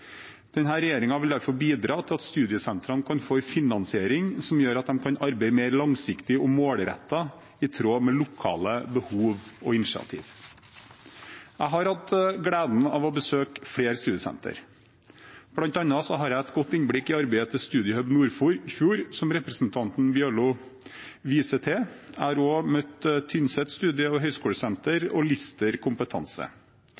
vil derfor bidra til at studiesentrene kan få en finansiering som gjør at de kan arbeide mer langsiktig og målrettet i tråd med lokale behov og initiativ. Jeg har hatt gleden av å besøke flere studiesentre. Blant annet har jeg et godt innblikk i arbeidet til Studiehub Nordfjord, som representanten Bjørlo viser til. Jeg har også møtt Tynset studie- og